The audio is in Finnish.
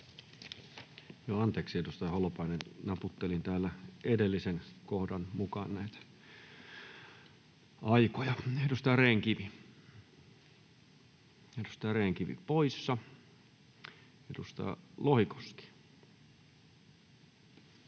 Anteeksi, edustaja Holopainen. Naputtelin täällä edellisen kohdan mukaan näitä aikoja. — Edustaja Rehn-Kivi poissa. — Edustaja Lohikoski.